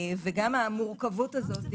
וגם המורכבות הזאת,